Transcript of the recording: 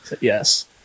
Yes